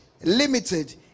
limited